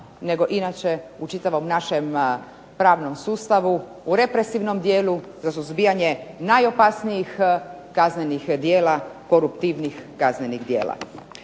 nego inače u čitavom našem pravnom sustavu, u represivnom dijelu za suzbijanje najopasnijih kaznenih djela, koruptivnih kaznenih djela.